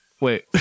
wait